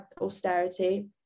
austerity